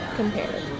compared